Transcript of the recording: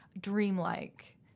dreamlike